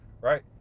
right